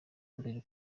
mbere